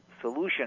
solution